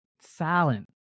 silent